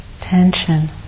Tension